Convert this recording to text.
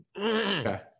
Okay